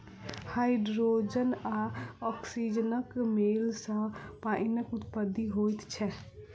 hydrogen आ औक्सीजनक मेल सॅ पाइनक उत्पत्ति होइत छै